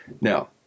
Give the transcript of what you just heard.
now